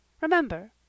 remember—